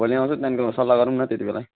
भोलि आउँछु त्यहाँदेखिको सल्लाह गरौँ न त्यति बेला